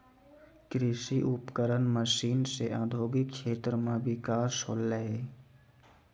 कृषि उपकरण मसीन सें औद्योगिक क्षेत्र म बिकास होलय